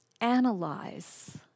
analyze